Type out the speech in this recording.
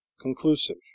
conclusive